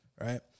Right